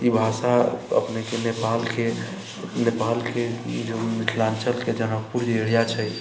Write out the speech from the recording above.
ई भाषा अपनेके नेपालके नेपालके जे मिथिलाञ्चल के जनकपुर एरिया छै